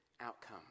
outcome